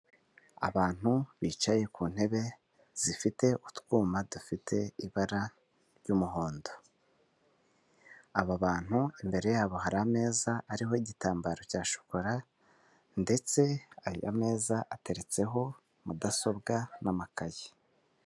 Abantu bicaye ku ntebe zifite utwuma dufite ibara ry'umuhondo. Aba bantu imbere yabo hari ameza ariho igitambaro cya shokora ndetse aya meza ateretseho mudasobwa n'amakayi.